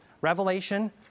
Revelation